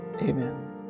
Amen